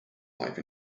life